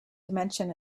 dimension